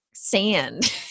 sand